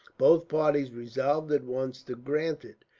both parties resolved at once to grant it,